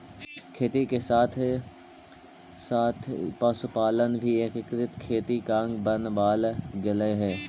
खेती के साथ साथ पशुपालन भी एकीकृत खेती का अंग बनवाल गेलइ हे